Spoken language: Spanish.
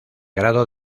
grado